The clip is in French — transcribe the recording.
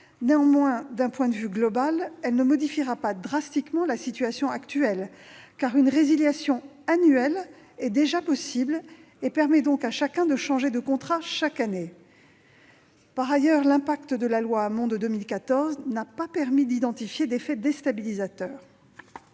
Néanmoins, d'un point de vue global, elle ne modifiera pas drastiquement la situation actuelle, car une résiliation annuelle est déjà possible. Dès lors, chacun peut changer de contrat chaque année. J'ajoute que, au titre de la loi Hamon de 2014, l'on n'a pas identifié d'effet déstabilisateur.